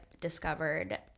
discovered